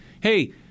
hey